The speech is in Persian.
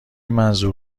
منظور